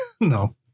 No